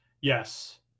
Yes